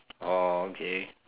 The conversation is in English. orh okay